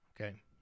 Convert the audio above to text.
Okay